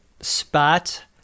spot